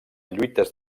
lluites